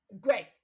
great